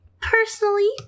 Personally